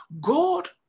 God